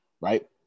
right